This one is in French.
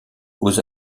aux